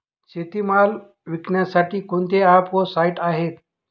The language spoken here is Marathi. शेतीमाल विकण्यासाठी कोणते ॲप व साईट आहेत?